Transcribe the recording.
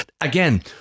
again